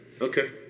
Okay